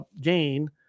gain